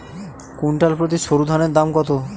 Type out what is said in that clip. Quintal প্রতি সরুধানের দাম কত?